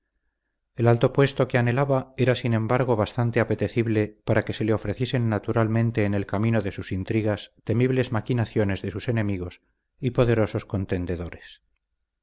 el alto puesto que anhelaba era sin embargo bastante apetecible para que se le ofreciesen naturalmente en el camino de sus intrigas temibles maquinaciones de sus enemigos y poderosos contendedores